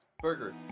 burger